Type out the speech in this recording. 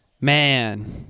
man